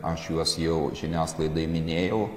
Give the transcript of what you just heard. aš juos jau žiniasklaidai minėjau